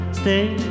stay